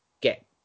Get